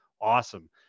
awesome